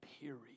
period